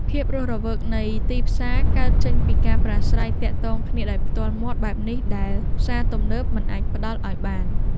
ភាពរស់រវើកនៃទីផ្សារកើតចេញពីការប្រាស្រ័យទាក់ទងគ្នាដោយផ្ទាល់មាត់បែបនេះដែលផ្សារទំនើបមិនអាចផ្ដល់ឱ្យបាន។